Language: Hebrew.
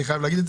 אני חייב להגיד.